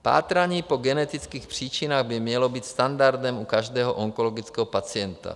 Pátrání po genetických příčinách by mělo být standardem u každého onkologického pacienta.